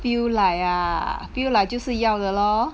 feel like ah feel like 就是要的 lor